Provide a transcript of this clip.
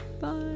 Bye